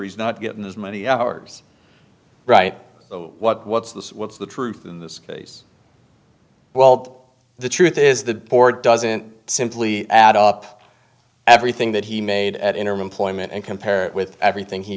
he's not getting as many hours right what what's this what's the truth in this case well the truth is the board doesn't simply add up everything that he made at interim employment and compare it with everything he